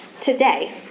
today